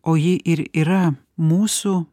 o ji ir yra mūsų